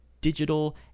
Digital